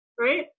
right